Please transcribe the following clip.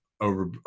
over